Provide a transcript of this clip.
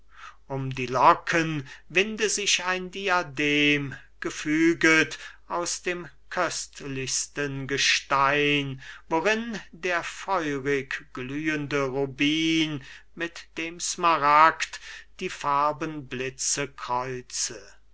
um die locken winde sich ein diadem gefüget aus dem köstlichsten gestein worin der feurig glühende rubin mit dem smaragd die farbenblitze kreuze